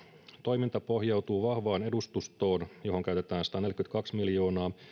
toiminta pohjautuu vahvaan edustustoon johon käytetään sataneljäkymmentäkaksi miljoonaa